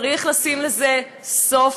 צריך לשים לזה סוף.